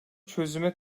çözüme